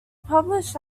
published